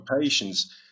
patients